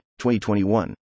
2021